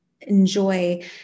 enjoy